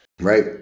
Right